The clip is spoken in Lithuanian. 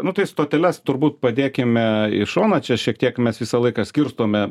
nu tai stoteles turbūt padėkime į šoną čia šiek tiek mes visą laiką skirstome